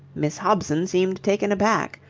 miss hobson seemed taken aback.